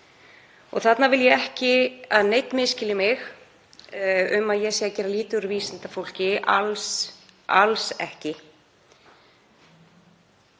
Þarna vil ég ekki að neinn misskilji mig, að ég sé að gera lítið úr vísindafólki, alls ekki.